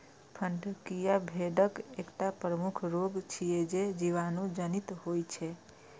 फड़कियां भेड़क एकटा प्रमुख रोग छियै, जे जीवाणु जनित होइ छै